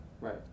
Right